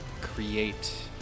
create